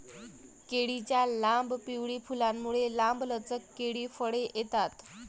केळीच्या लांब, पिवळी फुलांमुळे, लांबलचक केळी फळे येतात